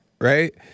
right